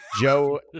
Joe